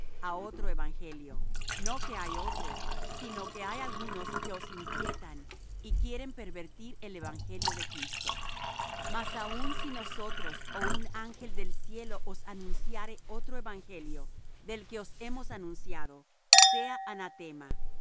á otro evangelio no que hay otro sino que hay algunos que os inquietan y quieren pervertir el evangelio de cristo mas aun si nosotros ó un ángel del cielo os anunciare otro evangelio del que os hemos anunciado sea anatema